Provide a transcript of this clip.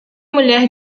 mulher